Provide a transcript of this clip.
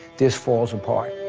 this falls apart,